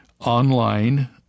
online